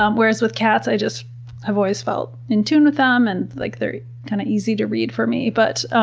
um whereas with cats i just have always felt in tune with them and like they're kind of easy to read for me. but,